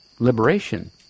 liberation